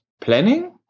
planning